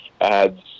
adds